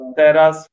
teraz